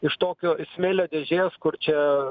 iš tokio smėlio dėžės kur čia